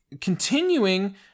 continuing